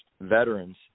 veterans